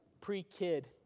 pre-kid